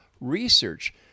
research